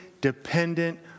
dependent